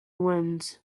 wins